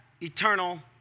eternal